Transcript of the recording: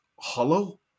hollow